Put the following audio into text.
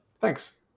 thanks